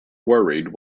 worried